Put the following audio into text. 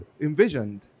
envisioned